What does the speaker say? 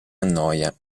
annoia